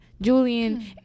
Julian